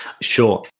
Sure